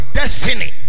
destiny